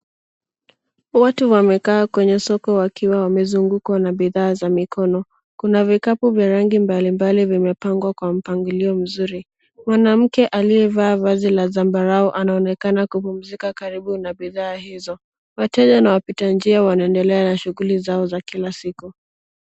Watu wamekaa kwenye soko wakiwa wamezungukwa na bidhaa za mikono. Kuna vikapu vya rangi mbalimbali vimepangwa kwa mpangilio mzuri. Mwanamke aliyevaa vazi la zambarau anaonekana kupumzika karibu na bidhaa hizo. Wateja na wapita njia wanaendelea na shughuli zao za kila siku.